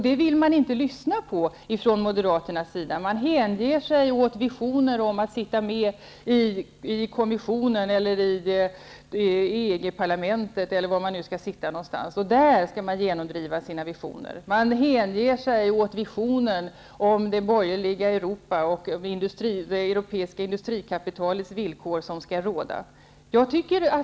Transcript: Det vill man från moderaternas sida emellertid inte lyssna på, utan hänger sig åt visioner om att sitta med i kommissioner eller i EG-parlamentet, där man skall genomdriva sina visioner. Man hänger sig åt visionen om det borgerliga Europa och om det europeiska industrikapitalets villkor som skall råda.